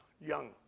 young